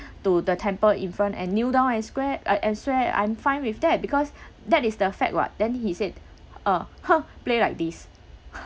to the temple in front and kneel down and square uh and swear I'm fine with that because that is the fact what then he said uh !huh! play like this